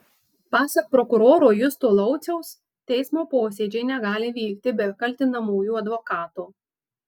pasak prokuroro justo lauciaus teismo posėdžiai negali vykti be kaltinamųjų advokato